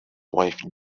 wife